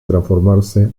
transformarse